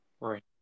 right